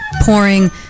pouring